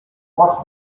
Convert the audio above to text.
watched